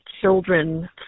children